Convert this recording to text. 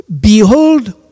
Behold